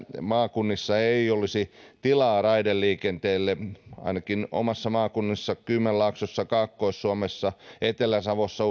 maakunnissa ei olisi tilaa raideliikenteelle uskon kyllä että raiteilla on tilaa ainakin omassa maakunnassani kymenlaaksossa kaakkois suomessa etelä savossa